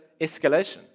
escalation